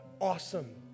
awesome